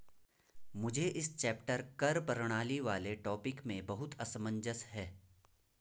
मुझे इस चैप्टर कर प्रणाली वाले टॉपिक में बहुत असमंजस है